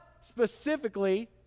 specifically